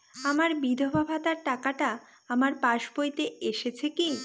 আমার বিধবা ভাতার টাকাটা আমার পাসবইতে এসেছে কি?